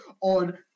on